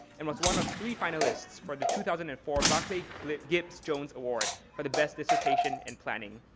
and was one of three finalists for the two thousand and four barclay gibbs jones award for the best dissertation in planning.